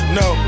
no